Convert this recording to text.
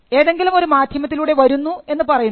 ഏതെങ്കിലും ഒരു മാധ്യമത്തിലൂടെ വരുന്നു എന്ന് പറയുന്നത്